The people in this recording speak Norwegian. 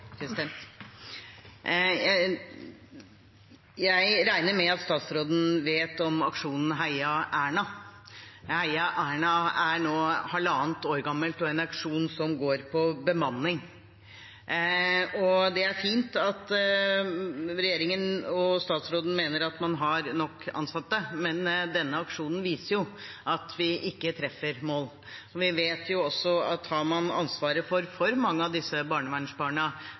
Jeg regner med at statsråden vet om aksjonen #heierna. Den er nå halvannet år gammel, og er en aksjon som går på bemanning. Det er fint at regjeringen og statsråden mener at man har nok ansatte, men denne aksjonen viser jo at vi ikke treffer mål. Vi vet jo også at har man ansvaret for for mange av disse barnevernsbarna,